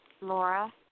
Laura